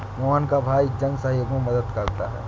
मोहन का भाई जन सहयोग में मदद करता है